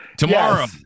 Tomorrow